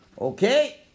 Okay